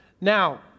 Now